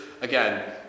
again